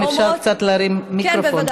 אם אפשר להרים קצת את המיקרופון,